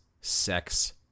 sex